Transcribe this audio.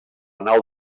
nau